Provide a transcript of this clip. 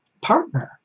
partner